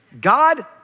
God